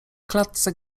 klatce